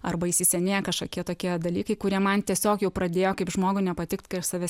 arba įsisenėję kažkokie tokie dalykai kurie man tiesiog jau pradėjo kaip žmogui nepatikt kai aš save